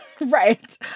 Right